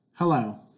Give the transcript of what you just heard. Hello